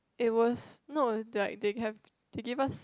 it was no like they have to give us